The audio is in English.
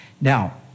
Now